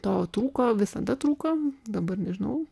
to trūko visada trūko dabar nežinau